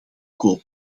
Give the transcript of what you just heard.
koop